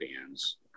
bands